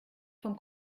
vom